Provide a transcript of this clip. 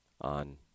on